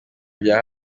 bya